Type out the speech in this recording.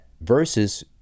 versus